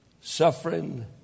suffering